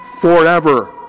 forever